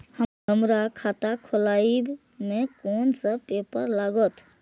हमरा खाता खोलाबई में कुन सब पेपर लागत?